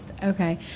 Okay